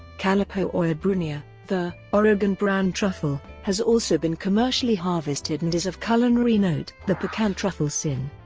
kalapooya brunea, the oregon brown truffle, has also been commercially harvested and is of culinary note. the pecan truffle syn.